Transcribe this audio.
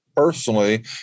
Personally